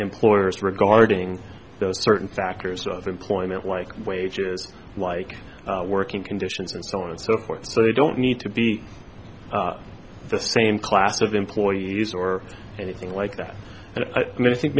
employers regarding those certain factors of employment like wages like working conditions and so on and so forth so they don't need to be the same class of employees or anything like that and i think